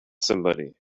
somebody